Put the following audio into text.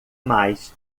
mais